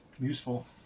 useful